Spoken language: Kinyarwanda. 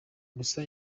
gusa